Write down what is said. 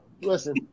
listen